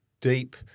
deep